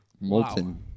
Molten